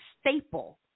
staple